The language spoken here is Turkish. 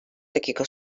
dakika